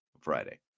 Friday